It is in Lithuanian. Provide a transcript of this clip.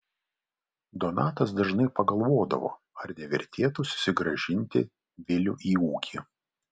donatas dažnai pagalvodavo ar nevertėtų susigrąžinti vilių į ūkį